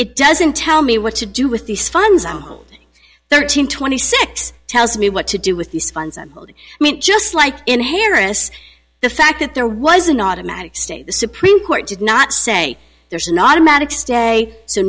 it doesn't tell me what to do with these funds thirteen twenty six tells me what to do with these funds i mean just like in harris the fact that there was an automatic stay the supreme court did not say there's not a magic stay